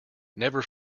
never